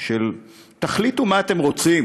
של "תחליטו מה אתם רוצים,